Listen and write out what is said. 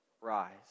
rise